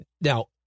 now